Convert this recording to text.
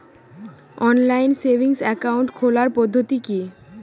Online savings account খোলার পদ্ধতি কি?